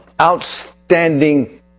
outstanding